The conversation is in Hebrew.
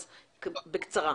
אז בקצרה.